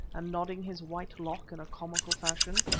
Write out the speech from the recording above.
and nodding his white lock in a comical fashion,